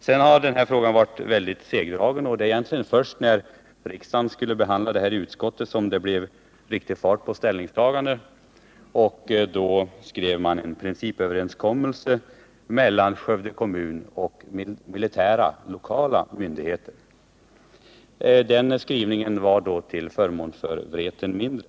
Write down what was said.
Frågan har varit mycket segdragen, och det var egentligen först när försvarsutskottet skulle behandla den som det blev riktig fart på ställningstagandena. Det skrevs en principöverenskommelse mellan Skövde kommun och lokala militära myndigheter —en skrivning till förmån för Vreten mindre.